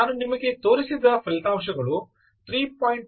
ನಾನು ನಿಮಗೆ ತೋರಿಸಿದ ಫಲಿತಾಂಶಗಳು 3